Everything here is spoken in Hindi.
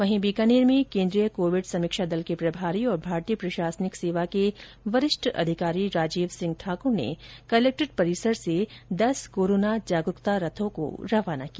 वहीं बीकानेर में केन्द्रीय कोविड समीक्षा दल के प्रभारी ओर भारतीय प्रशासनिक सेवा के वरिष्ठ अधिकारी राजीव सिंह ठाकुर ने कलक्ट्रेट परिसर से दस कोरोना जागरुकता रथों को रवाना किया